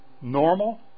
normal